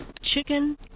chicken